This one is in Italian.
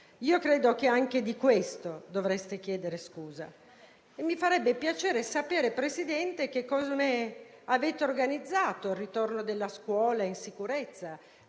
Io credo che anche di questo dovreste chiedere scusa. Mi farebbe piacere sapere, signor Presidente del Consiglio, come avete organizzato il ritorno della scuola in sicurezza: